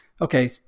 Okay